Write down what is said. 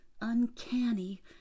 uncanny